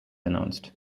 announced